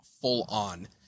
full-on